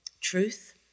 Truth